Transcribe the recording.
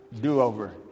do-over